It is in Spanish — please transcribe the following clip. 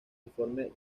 informe